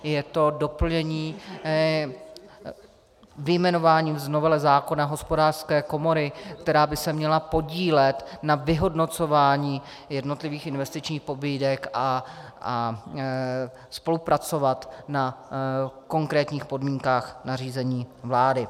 Je to doplnění vyjmenováním z novely zákona Hospodářské komory, která by se měla podílet na vyhodnocování jednotlivých investičních pobídek a spolupracovat na konkrétních podmínkách nařízení vlády.